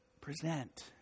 Present